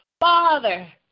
Father